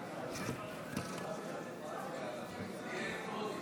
להלן תוצאות ההצבעה על הסתייגות מס'